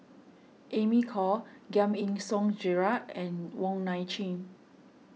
Amy Khor Giam Yean Song Gerald and Wong Nai Chin